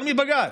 יותר מבג"ץ.